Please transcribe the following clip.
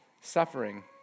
suffering